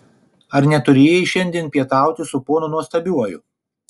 ar neturėjai šiandien pietauti su ponu nuostabiuoju